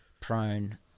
prone